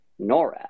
NORAD